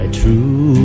true